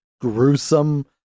gruesome